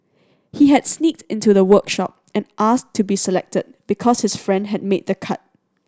he had sneaked into the workshop and asked to be selected because his friend had made the cut